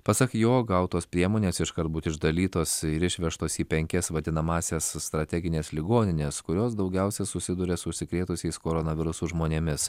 pasak jo gautos priemonės iškart būt išdalytos ir išvežtos į penkias vadinamąsias strategines ligonines kurios daugiausiai susiduria su užsikrėtusiais koronavirusu žmonėmis